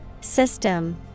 System